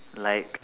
like